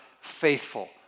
faithful